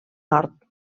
nord